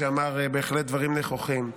שאמר בהחלט דברים נכוחים,